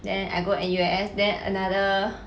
then I go N_U_S then another